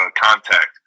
contact